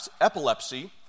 epilepsy